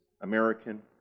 American